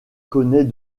connaît